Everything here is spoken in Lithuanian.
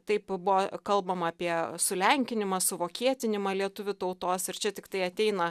taip buvo kalbama apie sulenkinimą suvokietinimą lietuvių tautos ir čia tiktai ateina